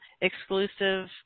exclusive